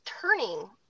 turning